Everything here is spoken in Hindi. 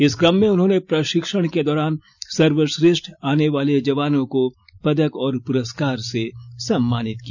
इस क्रम में उन्होंने प्रशिक्षण के दौरान सर्वश्रेष्ठ आने वाले जवानों को पदक एवं पुरस्कार से सम्मानित किया